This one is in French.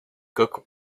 coques